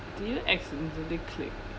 did you accidentally click